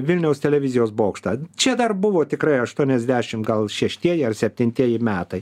vilniaus televizijos bokštą čia dar buvo tikrai aštuoniasdešim gal šeštieji ar septintieji metai